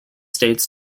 states